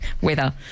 Weather